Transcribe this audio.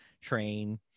train